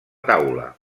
taula